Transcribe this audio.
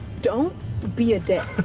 don't be a dick.